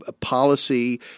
policy